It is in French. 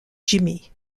jimmy